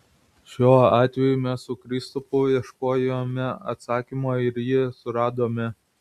šiuo atveju mes su kristupu ieškojome atsakymo ir jį suradome